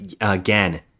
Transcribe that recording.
again